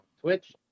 Twitch